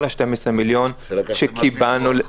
כל ה-12 מיליון שקיבלנו -- שלקחתם מהפיתוח.